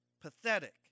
Pathetic